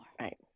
Right